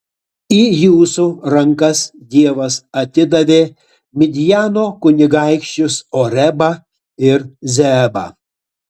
į jūsų rankas dievas atidavė midjano kunigaikščius orebą ir zeebą